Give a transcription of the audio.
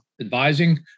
advising